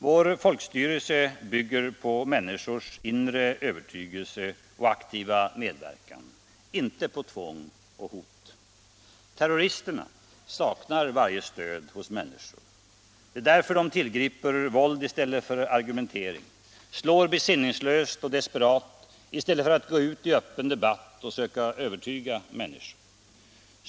Vår folkstyrelse bygger på människors inre övertygelse och aktiva medverkan, inte på tvång och hot. Terroristerna saknar varje stöd hos människor. Det är därför de tillgriper våld i stället för argumentering, slår besinningslöst och desperat i stället för att gå ut i öppen debatt och försöka övertyga människor.